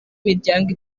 miryango